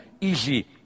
easy